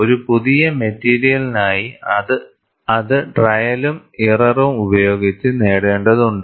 ഒരു പുതിയ മെറ്റീരിയലിനായി അത് ട്രയലും ഇറർറും Trial Error ഉപയോഗിച്ച് നേടേണ്ടതുണ്ട്